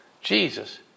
Jesus